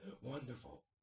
wonderful